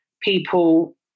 people